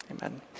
Amen